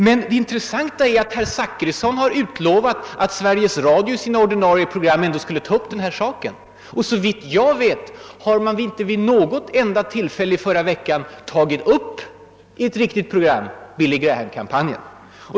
Men det intressanta är att herr Zachrisson förra året utlovade att Sveriges Radio i sina ordinarie program ändå skulle ta upp den här saken. Men såvitt jag vet har man inte i något enda program i förra veckan tagit upp Billy Graham-kampanjen.